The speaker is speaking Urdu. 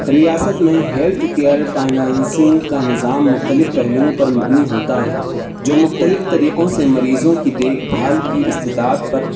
ریاست میں ہیلتھ کیئر فائنانسنگ کا نظام مختلف پہلوؤں پر مبنی ہوتا ہے جو مختلف طریقوں سے مریضوں کی دیکھ بھال کی استطاعت پر